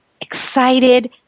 excited